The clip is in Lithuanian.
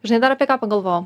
žinai dar apie ką pagalvojau